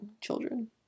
Children